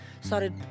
started